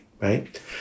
right